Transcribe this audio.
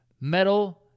metal